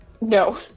No